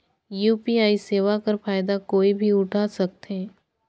UPI सेवा कर फायदा कोई भी उठा सकथे?